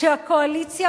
כשהקואליציה,